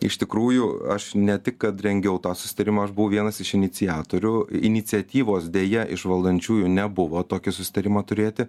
iš tikrųjų aš ne tik kad rengiau tą susitarimą aš buvau vienas iš iniciatorių iniciatyvos deja iš valdančiųjų nebuvo tokio susitarimo turėti